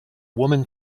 woman